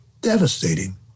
Devastating